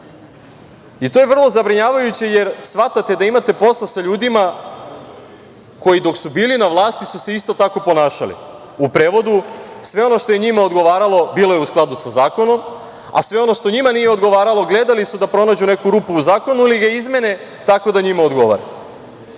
I to je vrlo zabrinjavajuće, jer shvatate da imate posla sa ljudima koji dok su bili na vlasti su se isto tako ponašali, u prevodu, sve ono što je njima odgovaralo, bilo je u skladu sa zakonom, a sve ono što njima nije odgovaralo, gledali su da pronađu neku rupu u zakonu ili ga izmene tako da njima odgovara. Ovde